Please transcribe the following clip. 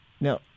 Now